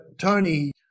Tony